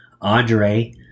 Andre